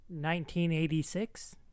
1986